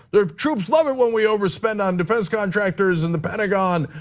the troops loving when we overspend on defense contractors in the pentagon,